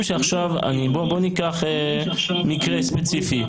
בוא ניקח מקרה ספציפי,